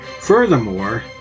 Furthermore